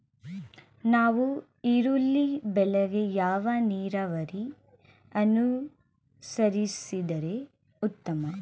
ನಾವು ಈರುಳ್ಳಿ ಬೆಳೆಗೆ ಯಾವ ನೀರಾವರಿ ಅನುಸರಿಸಿದರೆ ಉತ್ತಮ?